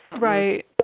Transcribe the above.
right